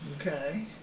Okay